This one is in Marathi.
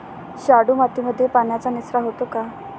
शाडू मातीमध्ये पाण्याचा निचरा होतो का?